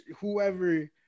whoever